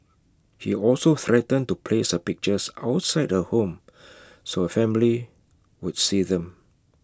he also threatened to place her pictures outside her home so her family would see them